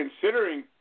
considering